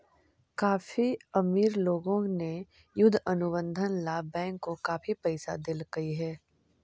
काफी अमीर लोगों ने युद्ध अनुबंध ला बैंक को काफी पैसा देलकइ हे